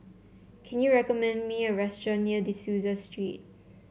can you recommend me a restaurant near De Souza Street